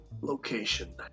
location